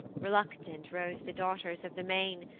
reluctant rose the daughters of the main,